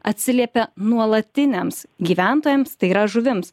atsiliepia nuolatiniams gyventojams tai yra žuvims